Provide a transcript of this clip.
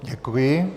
Děkuji.